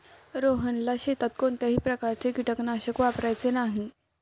रोहनला शेतात कोणत्याही प्रकारचे कीटकनाशक वापरायचे नाही